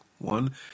One